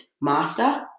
Master